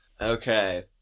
Okay